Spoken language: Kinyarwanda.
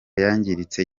yangiritse